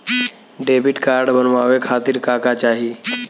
Debit card बनवावे खातिर का का चाही?